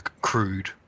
crude